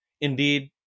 indeed